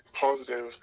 positive